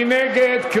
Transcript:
מי נגד?